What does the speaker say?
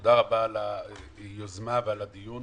תודה רבה על היוזמה ועל הדיון.